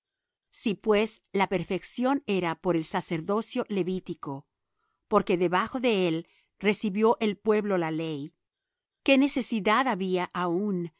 si pues la perfección era por el sacerdocio levítico porque debajo de él recibio el pueblo la ley qué necesidad había aún